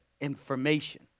information